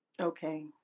Okay